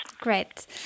Great